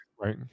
Right